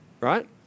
right